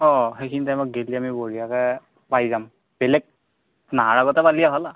অঁ সেইখিনি টাইমত গেলি আমি বঢ়িয়াকে পাই যাম বেলেগ নহাৰ আগতে পালিয়ে ভাল আ